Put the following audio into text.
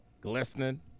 glistening